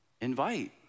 invite